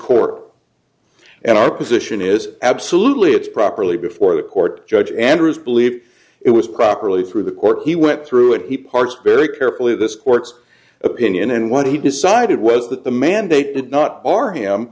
court and our position is absolutely it's properly before the court judge andrews believe it was properly through the court he went through and he parked very carefully this court's opinion and what he decided was that the mandate did not are him